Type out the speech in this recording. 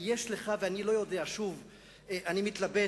אני מתלבט,